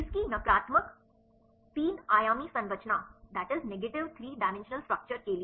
इसकी नकारात्मक 3 आयामी संरचना के लिए